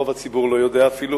רוב הציבור לא יודע אפילו